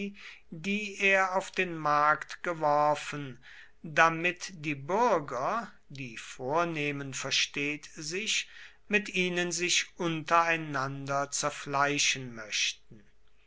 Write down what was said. die er auf den markt geworfen damit die bürger die vornehmen versteht sich mit ihnen sich untereinander zerfleischen möchten